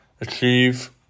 Achieve